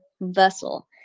vessel